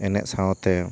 ᱮᱱᱮᱡ ᱥᱟᱶᱛᱮ